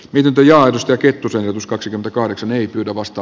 nyby ja aidosta kettusen tuskaksi kahdeksan ei pyydä vasta